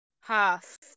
Half